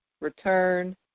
return